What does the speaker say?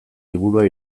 liburua